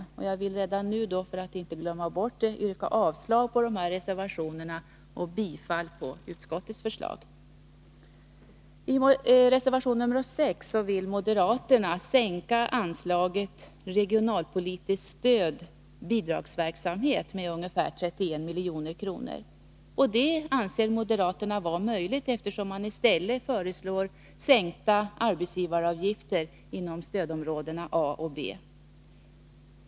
Jag vill redan nu, för att inte glömma bort det, yrka avslag på de nämnda reservationerna och bifall till utskottets hemställan. I reservation 6 vill moderaterna minska anslaget till Regionalpolitiskt stöd: Bidragsverksamhet med ungefär 31 milj.kr. Det anser moderaterna vara möjligt, eftersom de i stället föreslår bl.a. sänkta arbetsgivaravgifter inom stödområdena A och B.